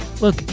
Look